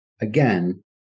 Again